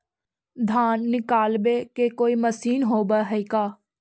धान निकालबे के कोई मशीन होब है का?